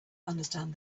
understand